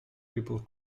people